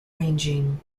ranging